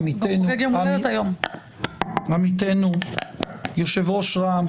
עמיתנו יושב ראש רע"מ,